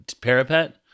parapet